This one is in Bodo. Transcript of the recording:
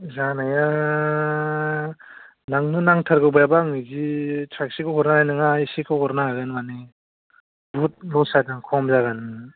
जानाया लांनो नांथारगौबायबा आं बिदि थ्राकसेखौ हरनो हानाय नङा एसेखौ हरनो हागोन माने बहुद लस जादों खम जागोन